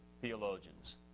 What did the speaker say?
theologians